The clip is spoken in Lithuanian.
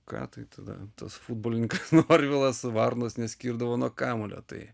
ką tai tada tas futbolininkas norvilas varnos neskirdavo nuo kamuolio tai